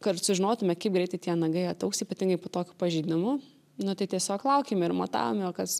kad sužinotume kaip greitai tie nagai ataugs ypatingai po tokių pažeidimų nu tai tiesiog laukėm ir matavome o kas